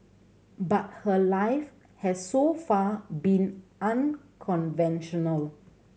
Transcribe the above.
but her life has so far been unconventional